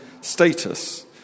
status